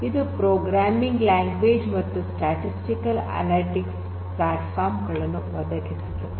ಇದು programming language ಮತ್ತು statistical analysis platform ಗಳನ್ನು ಒದಗಿಸುತ್ತದೆ